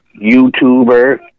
youtuber